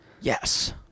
Yes